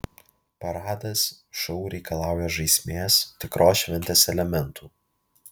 paradas šou reikalauja žaismės tikros šventės elementų